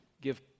give